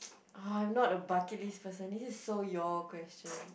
ah I'm not a bucket list person this is so your question